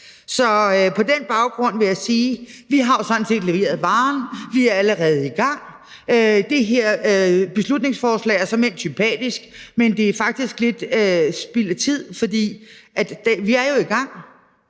Så på den baggrund vil jeg sige, at vi jo sådan set har leveret varen; vi er allerede i gang. Det her beslutningsforslag er såmænd sympatisk, men det er faktisk lidt spild af tid, fordi vi jo er i gang.